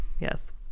Yes